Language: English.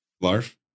LARF